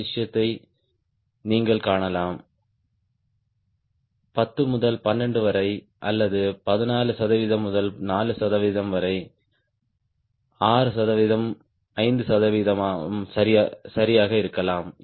அந்த வித்தியாசத்தை நீங்கள் காணலாம் 10 முதல் 12 வரை அல்லது 14 சதவிகிதம் முதல் 4 சதவிகிதம் வரை 6 சதவிகிதம் 5 சதவிகிதம் சரியாக இருக்கலாம்